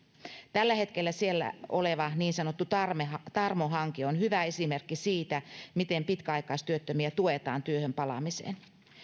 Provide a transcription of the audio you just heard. tällä hetkellä siellä oleva niin sanottu tarmo tarmo hanke on hyvä esimerkki siitä miten pitkäaikaistyöttömiä tuetaan työhön palaamisessa